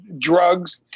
drugs